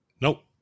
Nope